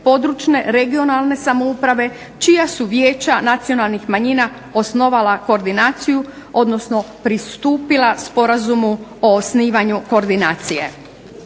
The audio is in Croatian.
područne regionalne samouprave čija su vijeća nacionalnih manjina osnovala koordinaciju, odnosno pristupila Sporazumu o osnivanju koordinacije.